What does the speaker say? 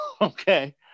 Okay